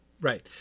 Right